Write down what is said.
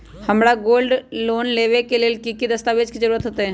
हमरा gold loan लेबे के लेल कि कि दस्ताबेज के जरूरत होयेत?